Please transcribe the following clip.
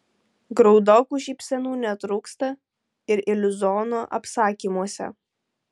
graudokų šypsenų netrūksta ir iliuziono apsakymuose